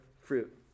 fruit